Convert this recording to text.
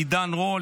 עידן רול,